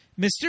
Mr